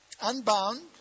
unbound